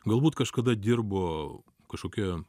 galbūt kažkada dirbo kažkokioje